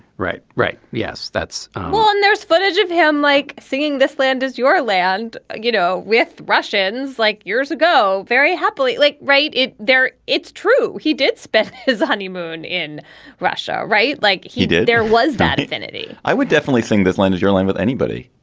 right? right. yes that's well, and there's footage of him like singing this land is your land, you know, with russians, like years ago, very happily. like, right there. it's true. he did spent his honeymoon in russia. right. like he did there was that affinity i would definitely think this land is your land with anybody.